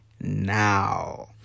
now